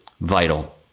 vital